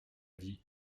dit